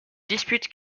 dispute